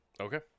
Okay